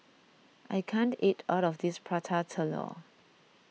I can't eat all of this Prata Telur